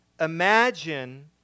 imagine